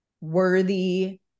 worthy